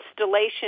installation